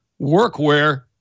workwear